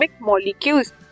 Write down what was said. molecules